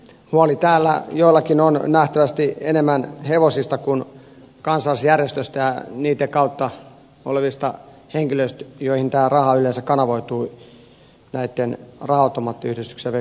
huoli täällä joillakin on nähtävästi enemmän hevosista kuin kansalaisjärjestöistä ja niitten kautta henkilöistä joihin tämä raha yleensä kanavoituu raha automaattiyhdistyksen ja veikkauksen kautta